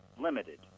limited